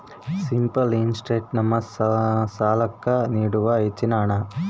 simple interest ನಮ್ಮ ಸಾಲ್ಲಾಕ್ಕ ನೀಡುವ ಹೆಚ್ಚಿನ ಹಣ್ಣ